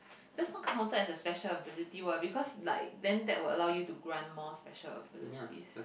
that's not counted as a special ability what because like then that will allow you to grant more special abilities